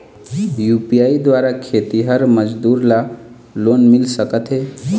UPI द्वारा खेतीहर मजदूर ला लोन मिल सकथे?